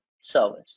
service